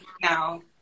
now